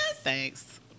Thanks